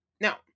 Now